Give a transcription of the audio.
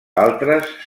altres